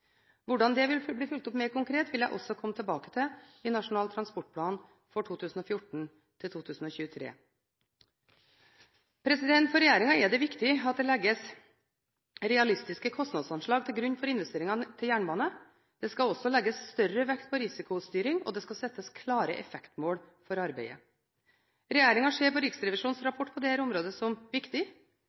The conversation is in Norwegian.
Hvordan det vil bli fulgt opp mer konkret, vil jeg også komme tilbake til i Nasjonal transportplan 2014–2023. For regjeringen er det viktig at det legges realistiske kostnadsanslag til grunn for investeringene til jernbane. Det skal også legges større vekt på risikostyring, og det skal settes klare effektmål for arbeidet. Regjeringen ser på Riksrevisjonens rapport på dette området som viktig.